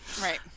right